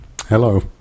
Hello